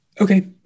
Okay